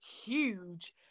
huge